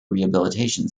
rehabilitation